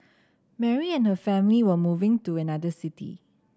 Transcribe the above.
Mary and her family were moving to another city